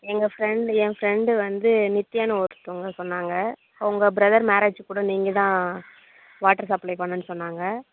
எங்கள் ஃபிரெண்ட் என் ஃபிரெண்டு வந்து நித்தியான்னு ஒருத்தவங்க சொன்னாங்க அவங்க ப்ரத்தர் மெரேஜ்ஜுக்கு கூட நீங்கள் தான் வாட்டரு சப்ளை பண்ணன்ம்னு சொன்னங்க